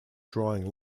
drawing